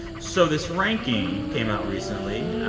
so this ranking came out recently.